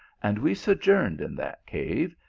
and we so journed in that cave,